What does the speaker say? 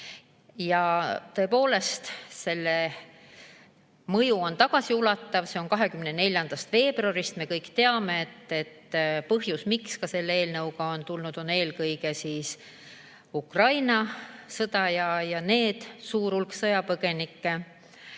Ja tõepoolest, selle mõju on tagasiulatuv, see on 24. veebruarist, me kõik teame, et põhjus, miks selle eelnõuga on tuldud, on eelkõige Ukraina sõda ja see suur hulk sõjapõgenikke.